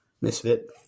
misfit